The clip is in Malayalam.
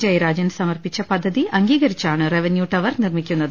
ജയരാജൻ സമർപ്പിച്ച പദ്ധതി അംഗീകരിച്ചാണ് റവന്യു ടവർ നിർമിക്കുന്നത്